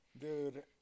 dude